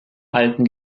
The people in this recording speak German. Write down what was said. alten